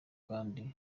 kandi